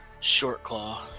Shortclaw